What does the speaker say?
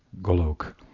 Golok